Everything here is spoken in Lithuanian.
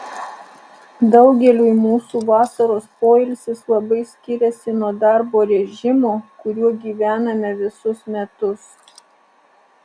daugeliui mūsų vasaros poilsis labai skiriasi nuo darbo režimo kuriuo gyvename visus metus